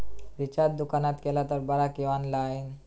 Recharge दुकानात केला तर बरा की ऑनलाइन?